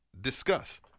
Discuss